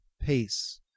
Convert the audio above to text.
pace